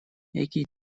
экий